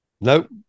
Nope